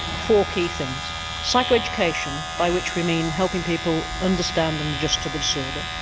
four key things psycho education by which we mean helping people understand and adjust to the disorder.